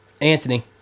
anthony